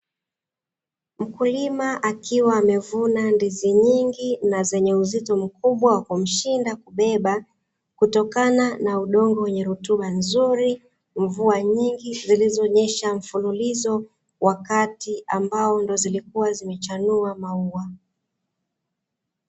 Mkulima akiwa amevuna ndizi nyingi na zenye uzito mkubwa wa kumshinda kubeba kutokana na udongo wenye rutuba nzuri, mvua nyingi zilizonyesha mfululizo wakati ambao ndo zilikiwa zimechanua maua.